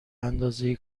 اندازه